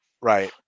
right